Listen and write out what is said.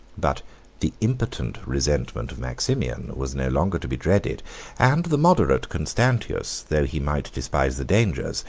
but the impotent resentment of maximian was no longer to be dreaded and the moderate constantius, though he might despise the dangers,